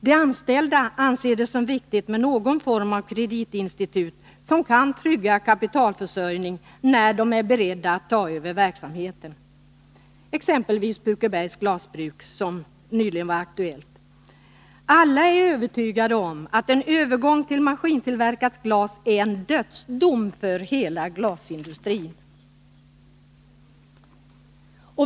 De anställda anser det viktigt med någon form av kreditinstitut som kan trygga kapitalförsörjningen när de anställda är beredda att ta över verksamheten. Det gäller exempelvis Pukebergs Glasbruk, som nyligen var aktuellt. Alla är övertygade om att en övergång till maskintillverkat glas innebär en dödsdom över hela glasindustrin.